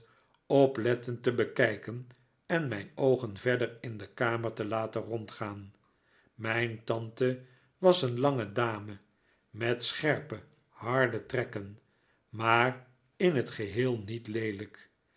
oplettend te bekijken en mijn oogen verder in de kamer te laten rondgaan miin tante was een lange dame met scherpe harde trekken maar in het geheel niet leelijk